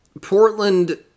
Portland